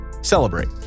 celebrate